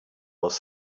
was